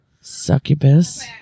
Succubus